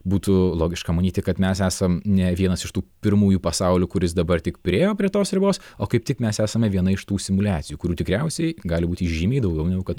būtų logiška manyti kad mes esam ne vienas iš tų pirmųjų pasaulių kuris dabar tik priėjo prie tos ribos o kaip tik mes esame viena iš tų simuliacijų kurių tikriausiai gali būti žymiai daugiau negu kad